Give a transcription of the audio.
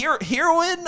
heroine